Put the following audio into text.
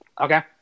Okay